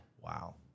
wow